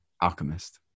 Alchemist